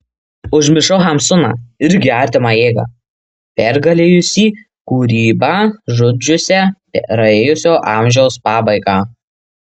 užmiršau hamsuną irgi artimą jėgą pergalėjusį kūrybą žudžiusią praėjusio amžiaus pabaigą